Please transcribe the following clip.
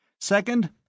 Second